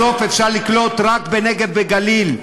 בסוף אפשר לקלוט רק בנגב וגליל.